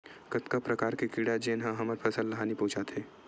कतका प्रकार के कीड़ा जेन ह हमर फसल ल हानि पहुंचाथे?